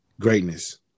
greatness